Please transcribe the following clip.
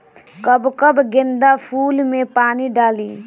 कब कब गेंदा फुल में पानी डाली?